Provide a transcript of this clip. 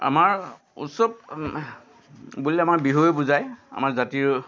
আমাৰ উৎসৱ বুলিলে আমাৰ বিহুৱে বুজায় আমাৰ জাতীয়